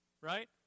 right